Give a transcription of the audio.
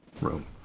room